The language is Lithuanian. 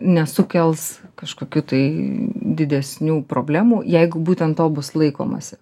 nesukels kažkokių tai didesnių problemų jeigu būtent to bus laikomasi